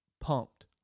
pumped